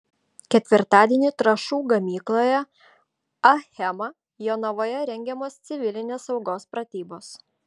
ketvirtadienį trąšų gamykloje achema jonavoje rengiamos civilinės saugos pratybos